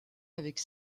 avec